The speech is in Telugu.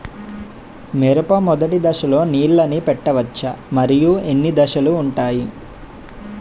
మిరప మొదటి దశలో నీళ్ళని పెట్టవచ్చా? మరియు ఎన్ని దశలు ఉంటాయి?